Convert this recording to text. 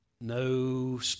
No